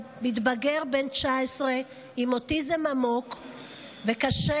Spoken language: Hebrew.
מתבגר בן 19 עם אוטיזם עמוק וקשה,